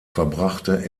verbrachte